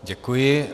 Děkuji.